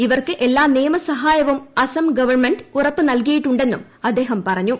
ഇവർക്ക് എല്ലാ നിയമസഹായവും അസം ഗവൺമെന്റ് ഉറപ്പ് നൽകിയിട്ടുണ്ടെന്നും അദ്ദേഹം പറഞ്ഞു